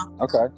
Okay